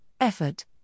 effort